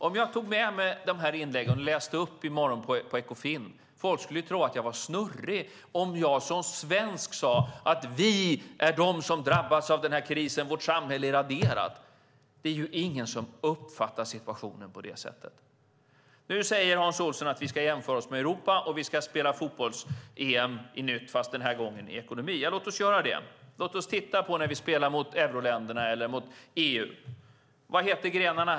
Om jag tog med mig de här inläggen och läste upp dem på Ekofin i morgon skulle folk tro att jag var snurrig - om jag som svensk sade att vi är de som drabbats av den här krisen och att vårt samhälle är raderat. Det är ingen som uppfattar situationen på det sättet. Nu säger Hans Olsson att vi ska jämföra oss med Europa och ska spela fotboll igen fast denna gång i ekonomi. Ja, låt oss göra det! Låt oss titta på när vi spelar mot euroländerna eller mot EU! Vad heter grenarna?